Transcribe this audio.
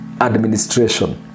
administration